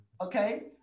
Okay